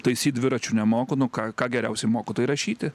taisyt dviračių nemoku nu ką ką geriausiai moku tai rašyti